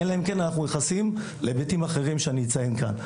אלא אם כן אנחנו נכנסים להיבטים אחרים שאני אציין כאן.